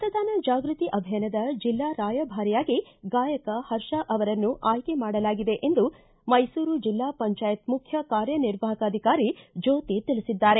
ಮತದಾನ ಜಾಗೃತಿ ಅಭಿಯಾನದ ಜಿಲ್ಲಾ ರಾಯಭಾರಿಯಾಗಿ ಗಾಯಕ ಪರ್ಷ ಅವರನ್ನು ಅಯ್ಕೆ ಮಾಡಲಾಗಿದೆ ಎಂದು ಮೈಸೂರು ಜಿಲ್ಲಾ ಪಂಚಾಯತ್ ಮುಖ್ಯ ಕಾರ್ಯನಿರ್ವಾಹಕ ಅಧಿಕಾರಿ ಜ್ಯೋತಿ ತಿಳಿಸಿದ್ದಾರೆ